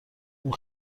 اون